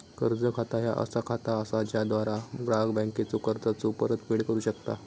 कर्ज खाता ह्या असा खाता असा ज्याद्वारा ग्राहक बँकेचा कर्जाचो परतफेड करू शकता